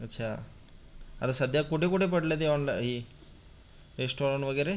अच्छा आता सध्या कुठे कुठे पडलं ते ऑनला ई रेस्टॉरंट वगैरे